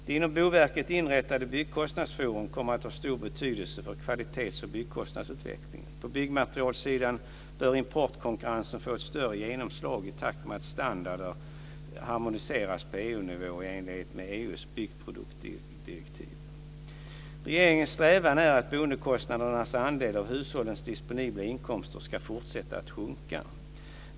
Det inom Boverket inrättade Byggkostnadsforum kommer att ha stor betydelse för kvalitets och byggkostnadsutvecklingen. På byggmaterialsidan bör importkonkurrensen få ett större genomslag i takt med att standarder harmoniseras på Regeringens strävan är att boendekostnaderna andel av hushållens disponibla inkomster ska fortsätta att sjunka.